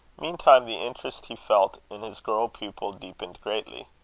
meantime the interest he felt in his girl-pupil deepened greatly.